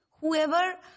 Whoever